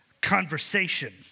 conversation